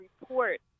report